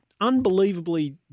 unbelievably